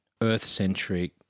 Earth-centric